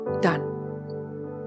done